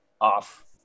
off